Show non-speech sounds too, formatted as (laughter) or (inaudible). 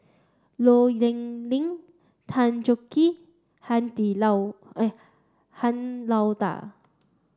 Low Yen Ling Tan Chong Tee Han (unintelligible) Lao (unintelligible) Han Lao Da